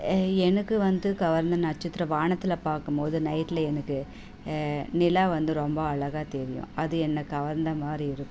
எனக்கு வந்து கவர்ந்த நட்சத்திரம் வானத்தில் பார்க்கும் போது நைட்டில் எனக்கு நிலா வந்து ரொம்ப அழகா தெரியும் அது என்ன கவர்ந்த மாதிரி இருக்கும்